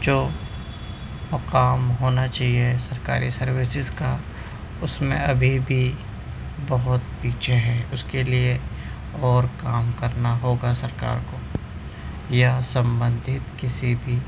جو مقام ہونا چاہیے سرکاری سروسز کا اس میں ابھی بھی بہت پیچھے ہیں اس کے لیے اور کام کرنا ہوگا سرکار کو یا سمبندھت کسی بھی